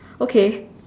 okay